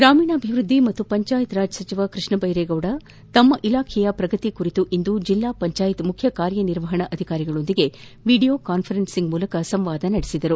ಗಾಮೀಣಾಭಿವೃದ್ಧಿ ಮತ್ತು ಪಂಚಾಯತ್ ರಾಜ್ ಸಚಿವ ಕೃಷ್ಣಭೈರೇಗೌಡ ತಮ್ಮ ಇಲಾಖೆಯ ಪ್ರಗತಿ ಕುರಿತು ಇಂದು ಜಿಲ್ಲಾ ಪಂಚಾಯತ್ ಮುಖ್ಯ ಕಾರ್ಯನಿರ್ವಾಹಣಾ ಅಧಿಕಾರಿಗಳೊಂದಿಗೆ ವಿಡೀಯೋ ಕಾನ್ಸರನ್ತಿಂಗ್ ಮೂಲಕ ಸಂವಾದ ನಡೆಸಿದರು